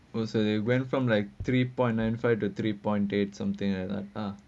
also they went from like three point nine five to three point eight something like that ah